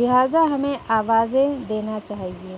لہذا ہمیں آوازیں دینا چاہیے